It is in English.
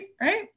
right